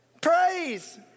Praise